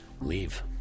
leave